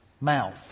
mouth